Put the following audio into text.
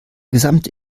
gesamte